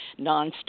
nonstop